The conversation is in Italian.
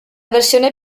versione